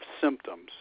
symptoms